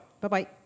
Bye-bye